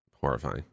Horrifying